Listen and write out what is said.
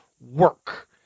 work